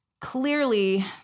clearly